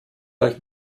euch